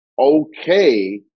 okay